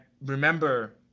remember